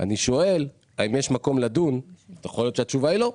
אני שואל האם יש מקום לדון ויכול להיות שהתשובה היא לא,